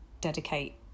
dedicate